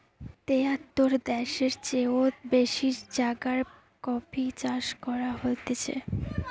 তেয়াত্তর দ্যাশের চেও বেশি জাগায় কফি চাষ করা হতিছে